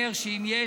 אומר שאם יש,